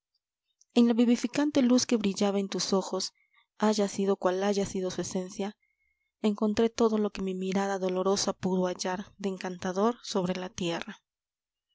en la vivificante luz que brillaba en tus ojos haya sido cual haya sido su esencia encontré todo lo que mi mirada dolorosa pudo hallar de encantador sobre la tierra